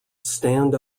stand